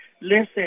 Listen